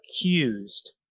accused